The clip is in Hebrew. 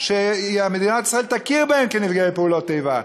שמדינת ישראל תכיר בהם כנפגעי פעולות איבה.